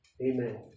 amen